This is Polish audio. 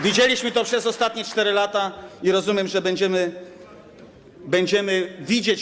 Widzieliśmy to przez ostatnie 4 lata i rozumiem, że będziemy widzieć.